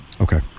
Okay